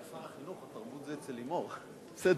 רק שר החינוך, התרבות זה אצל לימור, בסדר.